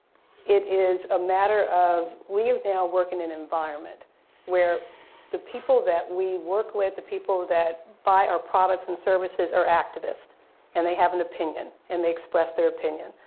it is a matter of we're now working in environment where the people that we work with, the people that buy our products and services are activist and they haven't opinion and they express their opinion.